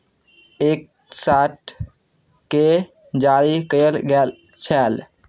एक सातके जारी कयल गेल छल